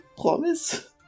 Promise